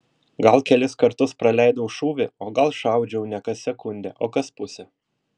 gal kelis kartus praleidau šūvį o gal šaudžiau ne kas sekundę o kas pusę